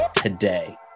today